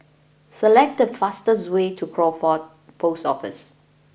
select the fastest way to Crawford Post Office